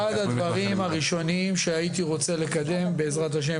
זה אחד הדברים הראשונים שהייתי רוצה לקדם בעזרת ה',